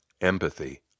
empathy